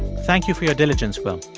thank you for your diligence, will